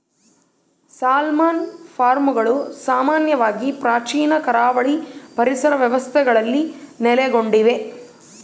salmon ಫಾರ್ಮ್ಗಳು ಸಾಮಾನ್ಯವಾಗಿ ಪ್ರಾಚೀನ ಕರಾವಳಿ ಪರಿಸರ ವ್ಯವಸ್ಥೆಗಳಲ್ಲಿ ನೆಲೆಗೊಂಡಿವೆ